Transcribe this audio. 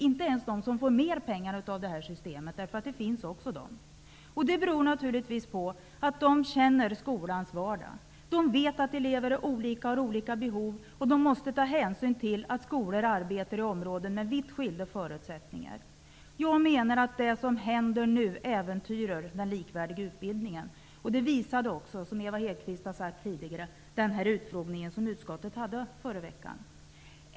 Inte ens de som får mer pengar -- sådana finns också. Detta beror naturligtvis på att de känner skolans vardag. De vet att elever är olika och har olika behov. En rättvis resursfördelning måste ta hänsyn till att skolor arbetar i områden med vitt skilda förutsättningar. Det som nu händer äventyrar den likvärdiga utbildningen. Det visade också den utfrågning som utskottet höll förra veckan, vilket Ewa Hedkvist Petersen sade tidigare.